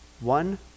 One